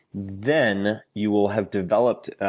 then you will have developed